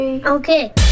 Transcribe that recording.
Okay